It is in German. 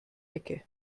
ecke